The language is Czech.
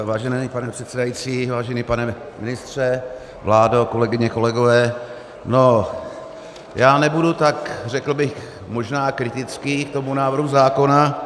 Vážený pane předsedající, vážený pane ministře, vládo, kolegyně, kolegové, no, já nebudu tak, řekl bych, možná kritický k tomu návrhu zákona 416.